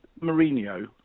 Mourinho